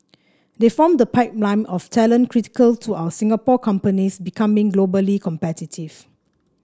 they form the pipeline of talent critical to our Singapore companies becoming globally competitive